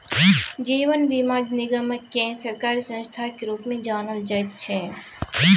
जीवन बीमा निगमकेँ सरकारी संस्थाक रूपमे जानल जाइत छै